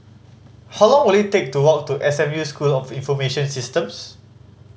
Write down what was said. how long will it take to walk to S M U School of Information Systems